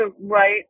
right